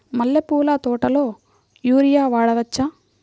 మల్లె పూల తోటలో యూరియా వాడవచ్చా?